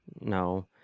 no